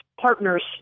partners